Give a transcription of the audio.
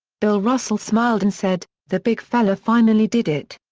bill russell smiled and said, the big fella finally did it.